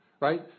Right